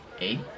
Eight